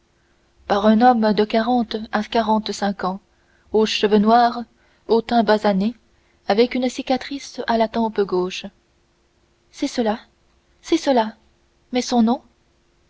par un homme de quarante à quarante-cinq ans aux cheveux noirs au teint basané avec une cicatrice à la tempe gauche c'est cela c'est cela mais son nom